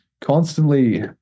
constantly